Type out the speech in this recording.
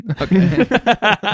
Okay